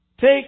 Take